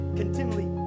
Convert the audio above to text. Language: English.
continually